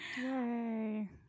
Yay